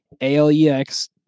A-L-E-X